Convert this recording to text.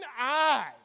eyes